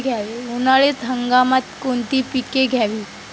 उन्हाळी हंगामात कोणती पिके घ्यावीत?